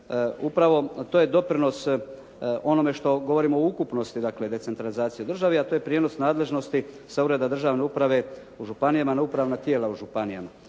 upravo to je doprinos onome što govorimo o ukupnosti dakle decentralizacije u državi a to je prijenos nadležnosti sa Ureda državne uprave u županijama na upravna tijela u županijama.